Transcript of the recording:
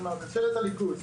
כלומר ממשלת הליכוד,